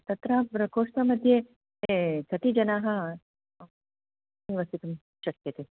तत्र प्रकोष्ठमध्ये कति जनाः निवसितुं शक्यते